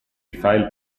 file